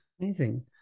Amazing